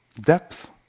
depth